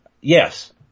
Yes